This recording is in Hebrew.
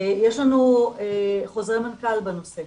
יש לנו חוזרי מנכ"ל בנושא.